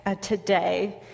today